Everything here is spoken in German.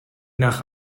nach